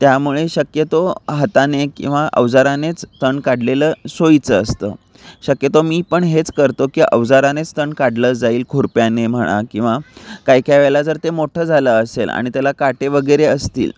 त्यामुळे शक्यतो हाताने किंवा अवजारानेच तण काढलेलं सोयीचं असतं शक्यतो मी पण हेच करतो की अवजारानेच तण काढलं जाईल खुर्प्याने म्हणा किंवा काही काय वेळेला जर ते मोठं झालं असेल आणि त्याला काटे वगैरे असतील